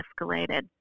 escalated